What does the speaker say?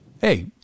hey